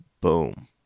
boom